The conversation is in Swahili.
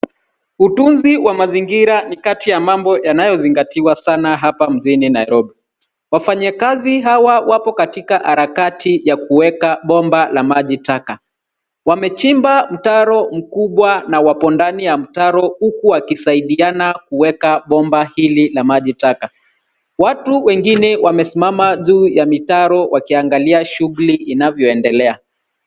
Utunzi wa mazingira ni kati ya mambo yanayozingatiwa sana hapa mjini Nairobi. Wafanyakazi hawa wapo katika harakati ya kuweka bomba la maji taka. Wamechimba mtaro mkubwa na wapo ndani ya mtaro, huku wakisaidiana kuweka bomba hili la maji taka. Watu wengine wamesimama juu ya mitaro wakiangalia shughuli inavyoendelea.